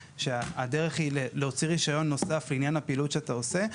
שהדרך הנכונה היא להוציא רישיון נוסף לעניין הפעילות שאתה עושה.